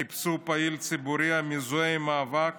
חיפשו פעיל ציבורי המזוהה עם המאבק